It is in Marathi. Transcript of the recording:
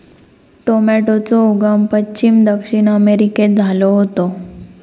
टॉमेटोचो उगम पश्चिम दक्षिण अमेरिकेत झालो होतो